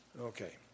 Okay